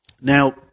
Now